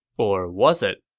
or was it?